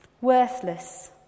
worthless